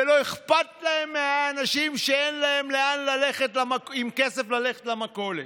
ולא אכפת להם מהאנשים שאין להם כסף ללכת למכולת,